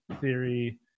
theory